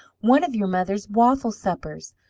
one of your mother's waffle suppers!